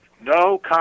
No